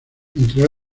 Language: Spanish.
entre